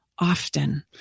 often